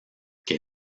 que